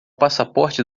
passaporte